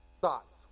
thoughts